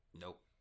Nope